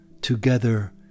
Together